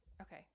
Okay